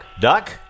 Duck